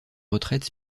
retraites